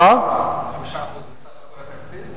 5% מסך התקציב?